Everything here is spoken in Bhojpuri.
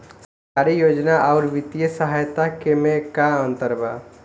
सरकारी योजना आउर वित्तीय सहायता के में का अंतर बा?